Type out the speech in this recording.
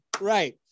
right